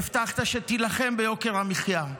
הבטחת שתילחם ביוקר המחיה.